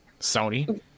Sony